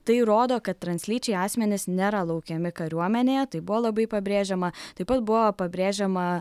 tai rodo kad translyčiai asmenys nėra laukiami kariuomenėje tai buvo labai pabrėžiama taip pat buvo pabrėžiama